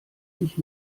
ich